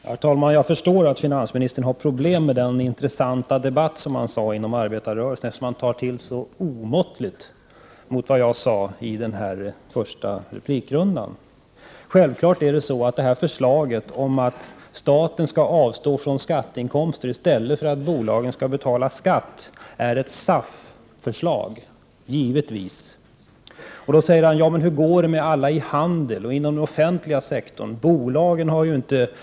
Herr talman! Jag förstår att finansministern har problem med den intressanta debatten, som han sade, inom arbetarrörelsen, eftersom han tar till så omåttligt mot det jag sade i den första replikrundan. Självklart är förslaget om att staten skall avstå från skatteinkomster i stället för att bolagen skall betala skatt ett SAF-förslag. Givetvis är det så. Men hur går det med alla inom handeln och inom den offentliga sektorn? säger finansministern.